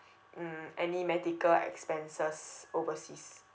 hmm any medical expenses overseas